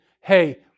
hey